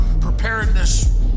preparedness